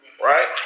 right